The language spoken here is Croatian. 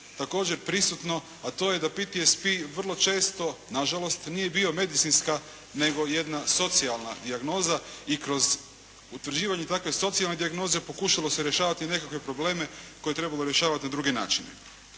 također prisutno, a to je da PTSP vrlo često, na žalost, nije bio medicinska nego jedna socijalna dijagnoza i kroz utvrđivanje takve socijalne dijagnoze pokušalo se rješavati nekakve probleme koje je trebalo rješavati na druge načine.